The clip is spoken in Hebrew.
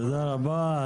תודה רבה.